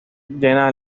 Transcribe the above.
llena